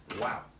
Wow